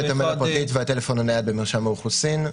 כתובת המייל הפרטית והטלפון הנייד במרשם האוכלוסין,